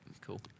Cool